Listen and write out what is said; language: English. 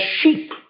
sheep